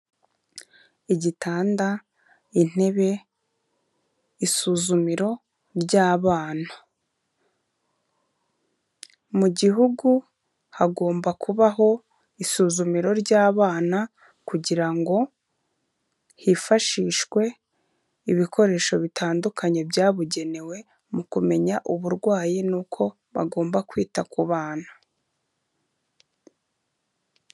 Igitanda, intebe, isuzumiro ry'abana, mu gihugu hagomba kubaho isuzumiro ry'abana kugira ngo hifashishwe ibikoresho bitandukanye byabugenewe mu kumenya uburwayi n'uko bagomba kwita ku bantu.